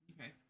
Okay